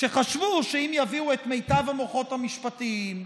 שחשבו שאם יביאו את מיטב המוחות המשפטיים,